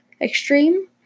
extreme